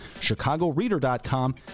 ChicagoReader.com